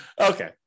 Okay